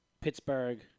Pittsburgh